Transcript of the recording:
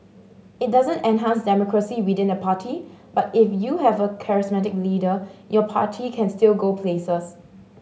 it doesn't enhance democracy within the party but if you have a charismatic leader your party can still go places